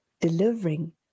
delivering